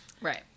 Right